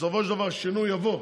בסופו של דבר שינוי יבוא,